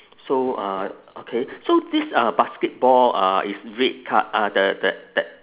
so uh okay so this uh basketball uh is red col~ uh the the that